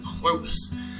close